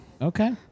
Okay